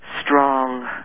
strong